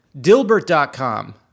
dilbert.com